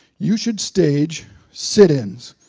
you should stage sit-ins.